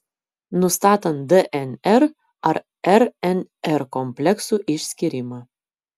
nustatant dnr ar rnr kompleksų išskyrimą